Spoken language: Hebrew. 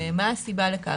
מה הסיבה לכך,